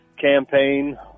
campaign